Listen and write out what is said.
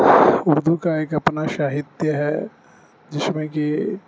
اردو کا ایک اپنا ساہتیہ ہے جش میں کہ